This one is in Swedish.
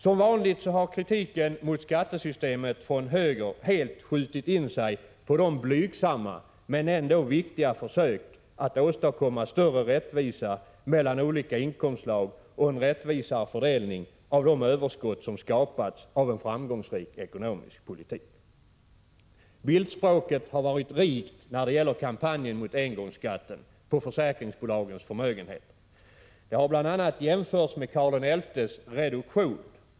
Som vanligt har kritiken mot skattesystemet från höger helt skjutit in sig på de blygsamma men ändå viktiga försöken att åstadkomma större rättvisa mellan olika inkomstslag och en rättvisare fördelning av de överskott som skapats av en framgångsrik ekonomisk politik. ”Bildtspråket” har varit rikt när det gäller kampanjen mot engångsskatten på försäkringsbolagens förmögenheter. Den har bl.a. jämförts med Karl XI:s reduktion.